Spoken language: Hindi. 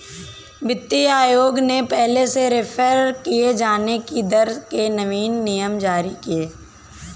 वित्तीय आयोग ने पहले से रेफेर किये जाने की दर के नवीन नियम जारी किए